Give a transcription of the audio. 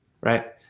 right